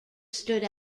stood